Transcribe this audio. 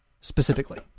specifically